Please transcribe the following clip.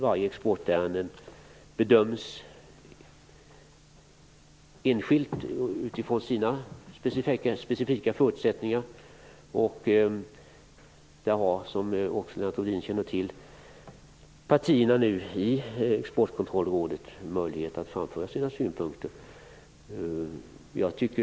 Varje exportärende bedöms enskilt och utifrån sina specifika förutsättningar. Som Lennart Rohdin känner till har partierna möjlighet att framföra sina synpunkter i Exportkontrollrådet.